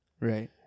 right